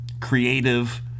creative